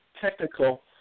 technical